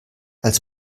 als